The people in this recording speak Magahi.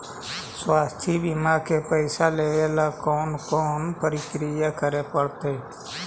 स्वास्थी बिमा के पैसा लेबे ल कोन कोन परकिया करे पड़तै?